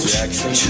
Jackson